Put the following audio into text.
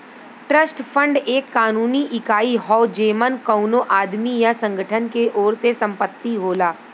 trust fund एक कानूनी इकाई हौ जेमन कउनो आदमी या संगठन के ओर से संपत्ति होला